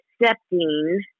accepting